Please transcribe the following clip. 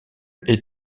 étaient